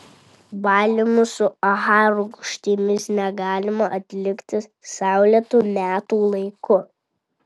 valymų su aha rūgštimis negalima atlikti saulėtu metų laiku